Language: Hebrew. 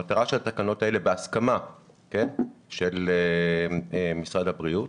המטרה של התקנות האלה, בהסכמה של משרד הבריאות,